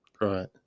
right